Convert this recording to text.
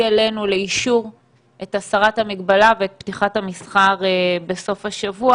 אלינו לאישור את הסרת המגבלה ואת פתיחת המסחר בסוף השבוע,